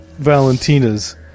Valentina's